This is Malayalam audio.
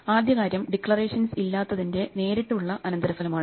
ആദ്യ കാര്യം ഡിക്ലറേഷൻസ് ഇല്ലാത്തതിന്റെ നേരിട്ട് ഉള്ള അനന്തരഫലമാണ്